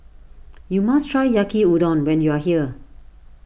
you must try Yaki Udon when you are here